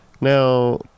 Now